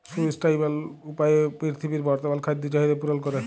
sustainable উপায়ে পীরথিবীর বর্তমাল খাদ্য চাহিদ্যা পূরল ক্যরে